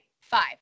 Five